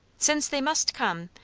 since they must come,